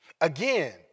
Again